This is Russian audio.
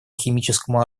химическому